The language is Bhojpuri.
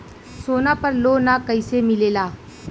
सोना पर लो न कइसे मिलेला?